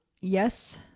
yes